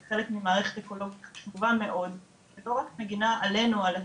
היא חלק ממערכת אקולוגית חשובה מאוד שלא רק מגינה עלינו,